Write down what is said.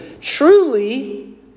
Truly